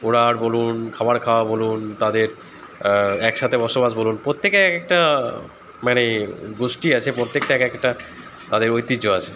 ওড়ার বলুন খাবার খাওয়া বলুন তাদের একসাথে বসবাস বলুন প্রত্যেকে এক একটা মানে গোষ্ঠী আছে প্রত্যেকটা এক একটা তাদের ঐতিহ্য আছে